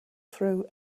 through